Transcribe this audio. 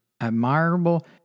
admirable